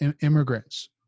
immigrants